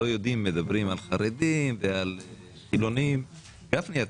מדברים על חרדים וחילונים אבל לא יודעים גפני,